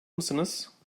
mısınız